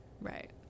Right